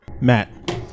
Matt